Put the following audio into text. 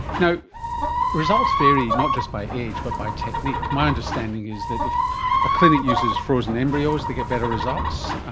you know results vary not just by age but by technique. my understanding is that if a clinic uses frozen embryos they get better results.